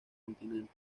continente